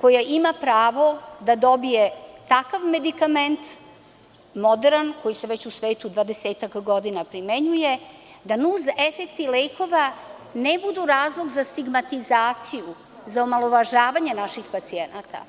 koja ima pravo da dobije takav medikament moderan koji se već u svetu dvadesetak godina primenjuje da nuns efekti lekova ne budu razlog za stigmatizaciju za omalovažavanje naših pacijenata.